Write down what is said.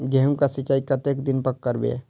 गेहूं का सीचाई कतेक दिन पर करबे?